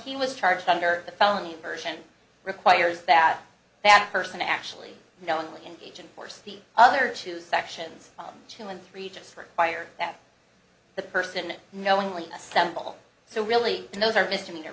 he was charged under a felony version requires that that person actually knowingly engage and force the other two sections two and three just require that the person knowingly assemble so really and those are mis